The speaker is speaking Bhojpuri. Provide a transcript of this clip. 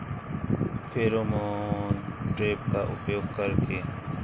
फेरोमोन ट्रेप का उपयोग कर के?